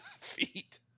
feet